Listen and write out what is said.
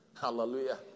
Hallelujah